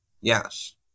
Yes